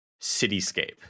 cityscape